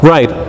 Right